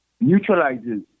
neutralizes